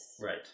Right